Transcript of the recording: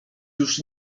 już